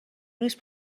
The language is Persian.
نیست